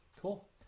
Cool